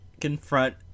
confront